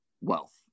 wealth